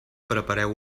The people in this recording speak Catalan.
prepareu